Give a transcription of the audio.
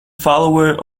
follower